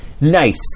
Nice